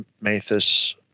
Mathis